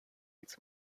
its